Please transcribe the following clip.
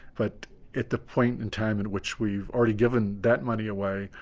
but at the point in time at which we've already given that money away,